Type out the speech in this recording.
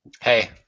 Hey